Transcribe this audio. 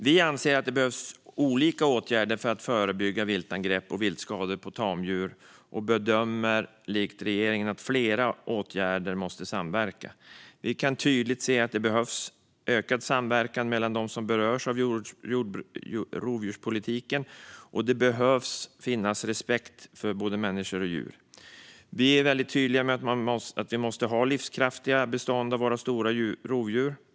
Vi anser att det behövs olika åtgärder för att förebygga viltangrepp och viltskador på tamdjur och bedömer likt regeringen att flera åtgärder måste samverka. Vi kan tydligt se att det behövs ökad samverkan mellan de som berörs av rovdjurspolitiken och att det krävs respekt för både människor och djur. Vi är tydliga med att Sverige ska ha livskraftiga bestånd av våra stora rovdjur.